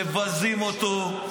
מבזים אותו,